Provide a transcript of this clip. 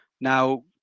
Now